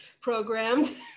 programmed